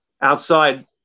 outside